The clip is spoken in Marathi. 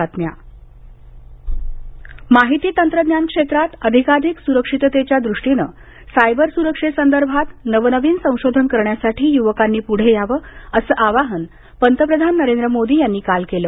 पंतप्रधान बंगळूरू माहिती तंत्रज्ञान क्षेत्रात अधिकाधिक स्रक्षिततेच्या दृष्टीनं सायबर स्रक्षे संदर्भात नवनवीन संशोधन करण्यासाठी य्वकांनी प्ढे यावं असं आवाहन पंतप्रधान नरेंद्र मोदी यांनी काल केलं